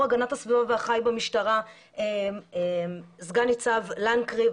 הגנת הסביבה והחי במשטרה עם סגן ניצב לנקרי,